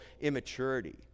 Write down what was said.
immaturity